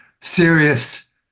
serious